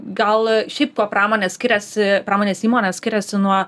gal šiaip kuo pramonė skiriasi pramonės įmonės skiriasi nuo